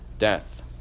death